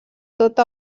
tota